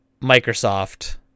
Microsoft